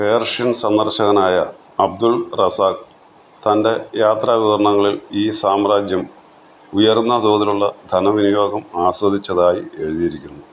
Persian സന്ദർശകനായ Abdul Razzaq തന്റെ യാത്രാവിവരണങ്ങളിൽ ഈ സാമ്രാജ്യം ഉയർന്ന തോതിലുള്ള ധനവിനിയോഗം ആസ്വദിച്ചതായി എഴുതിയിരിക്കുന്നു